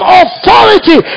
authority